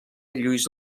lluís